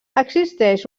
existeix